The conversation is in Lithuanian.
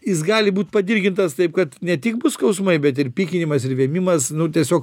jis gali būt padirgintas taip kad ne tik bus skausmai bet ir pykinimas ir vėmimas nu tiesiog